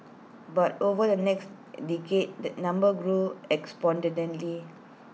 but over the next decade this number grew exponentially